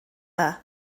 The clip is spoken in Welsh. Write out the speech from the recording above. dda